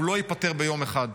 הוא לא ייפתר ביום אחד.